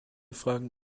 fragen